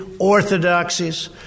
orthodoxies